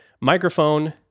microphone